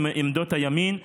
לעמדות הימין,